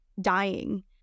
dying